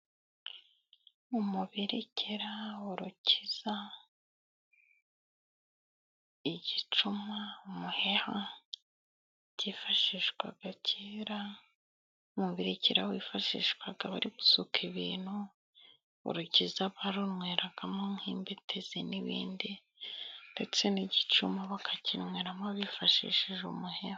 Umubirikira, urakiza, igicuma, umuheha cyifashishwaga cyera; umubirikira wifashishwaga bari gusuka ibintu, urukiza barunyweragamo, nk'imbetezi n'ibindi ndetse n'igicuma bakakinyweramo bifashishije umuheha.